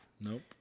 Nope